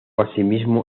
asimismo